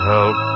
Help